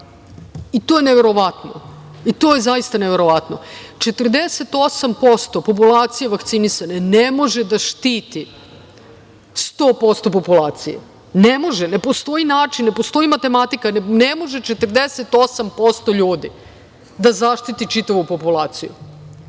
i to je neverovatno i to je zaista neverovatno. Znači, 48% populacije vakcinisane ne može da štiti 100% populacije. Ne postoji način, ne postoji matematika. Ne može 48% ljudi da zaštiti čitavu populaciju.